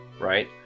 Right